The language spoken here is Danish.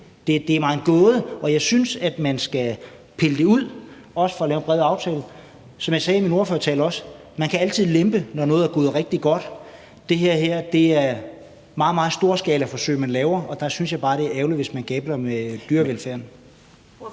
Det er mig en gåde, og jeg synes, man skal pille det ud, også for at lave en bred aftale. Som jeg også sagde i min ordførertale, kan man altid lempe, når noget er gået rigtig godt, men det her er udpræget storskalaforsøg, man laver, og der synes jeg bare, det er ærgerligt, hvis man gambler med dyrevelfærden.